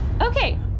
Okay